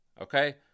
okay